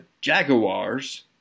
Jaguars